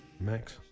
Max